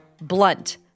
blunt